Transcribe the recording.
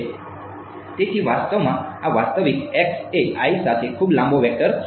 તેથી વાસ્તવમાં આ વાસ્તવિક એ સાથે ખૂબ લાંબો વેક્ટર હશે